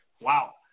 Wow